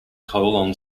colon